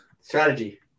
strategy